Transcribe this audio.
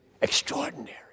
extraordinary